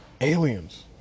aliens